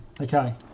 Okay